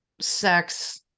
sex